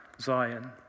Zion